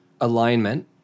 alignment